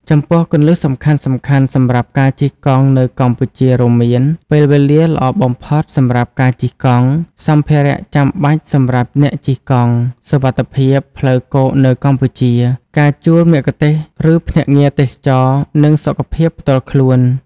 ចំពោះ គន្លឹះសំខាន់ៗសម្រាប់ការជិះកង់នៅកម្ពុជារួមមាន ពេលវេលាល្អបំផុតសម្រាប់ការជិះកង់ សម្ភារៈចាំបាច់សម្រាប់អ្នកជិះកង់ សុវត្ថិភាពផ្លូវគោកនៅកម្ពុជា ការជួលមគ្គុទ្ទេសក៍ឬភ្នាក់ងារទេសចរណ៍ និងសុខភាពផ្ទាល់ខ្លួន។